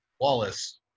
Wallace